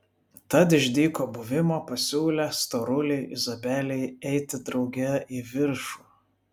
tad iš dyko buvimo pasiūlė storulei izabelei eiti drauge į viršų